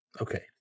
Okay